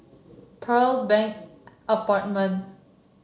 Pearl Bank Apartment